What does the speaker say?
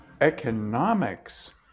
economics